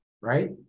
Right